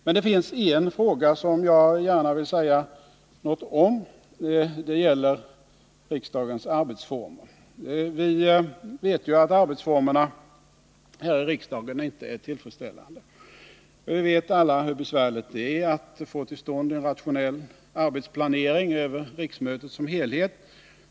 Men det finns en fråga som jag gärna vill säga något om, och den gäller riksdagens arbetsformer. Vi vet ju alla att arbetsformerna här i riksdagen inte är tillfredsställande. Och vi vet alla hur besvärligt det är att få till stånd en rationell arbetsplanering över riksmötet som helhet.